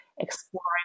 exploring